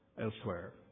elsewhere